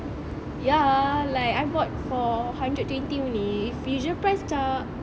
ya like I've bought for hundred twenty only usual price macam